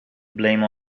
blame